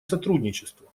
сотрудничество